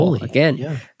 Again